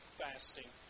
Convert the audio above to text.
fasting